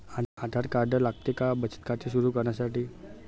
आधार card लागते का बचत खाते सुरू करण्यासाठी?